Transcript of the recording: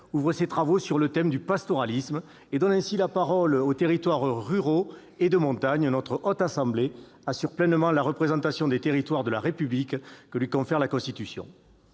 s'ouvrent sur le thème du pastoralisme, donnant ainsi la parole aux territoires ruraux et de montagne. Notre Haute Assemblée assure ainsi pleinement la mission de représentation des territoires de la République que lui confère la Constitution.